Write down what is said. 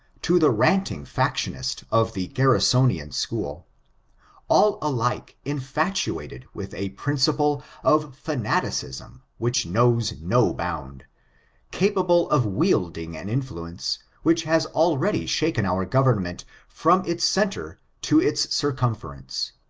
to the ranting factionist of the garrisonian school all alike infatuated with a principle of fanaticism which knows no bound capable of wielding an influence, which has already shaken our government from its centre to its cir cumference,